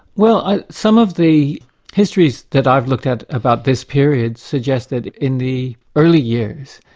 well some of the histories that i've looked at about this period suggest that in the early years,